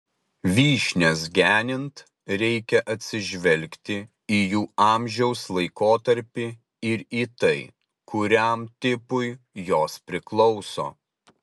vyšnias genint reikia atsižvelgti į jų amžiaus laikotarpį ir į tai kuriam tipui jos priklauso